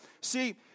See